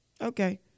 Okay